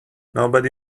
nobody